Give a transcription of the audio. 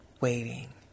Waiting